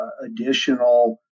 additional